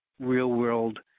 real-world